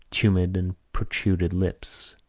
tumid and protruded lips.